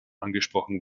angesprochen